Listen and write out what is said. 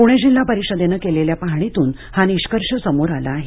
पुणे जिल्हा परिषदेनं केलेल्या पाहणीतून हा निष्कर्ष समोर आला आहे